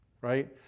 right